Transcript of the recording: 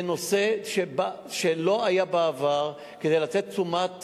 זה נושא שלא היה בעבר, כדי לתת תשומת